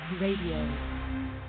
Radio